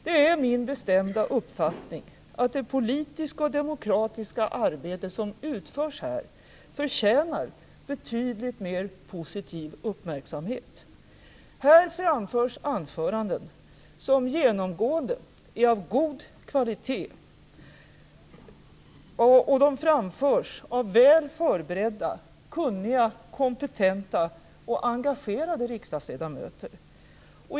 Det är min bestämda uppfattning att det politiska och demokratiska arbete som utförs här förtjänar betydligt mer positiv uppmärksamhet. Här framförs anföranden som genomgående är av god kvalitet, och de framförs av väl förberedda, kunniga, kompetenta och engagerade riksdagsledamöter.